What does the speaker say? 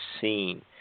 seen